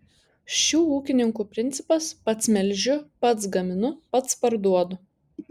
šių ūkininkų principas pats melžiu pats gaminu pats parduodu